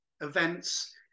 events